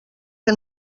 que